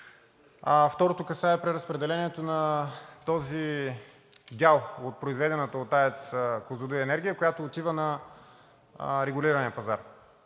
второто касае преразпределението на този дял от произведената от АЕЦ „Козлодуй“ енергия, която отива на регулирания пазар.